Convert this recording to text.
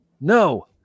no